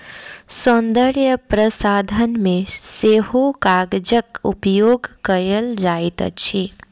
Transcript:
सौन्दर्य प्रसाधन मे सेहो कागजक उपयोग कएल जाइत अछि